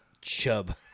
Chub